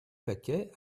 paquet